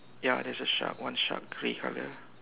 ya there is a shark one shark grey color